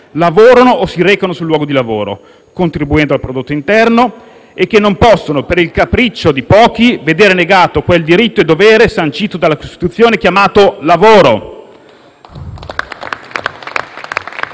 lavorano o si recano sul luogo di lavoro, contribuendo al prodotto interno e che non possono, per il capriccio di pochi, vedere negato quel diritto e dovere, sancito dalla Costituzione, chiamato «lavoro».